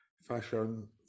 Fashion